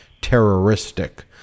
terroristic